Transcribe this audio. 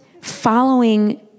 following